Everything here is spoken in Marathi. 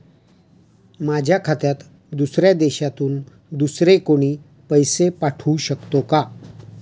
माझ्या खात्यात दुसऱ्या देशातून दुसरे कोणी पैसे पाठवू शकतो का?